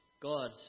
God